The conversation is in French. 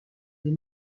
des